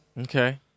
Okay